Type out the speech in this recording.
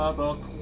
ah book.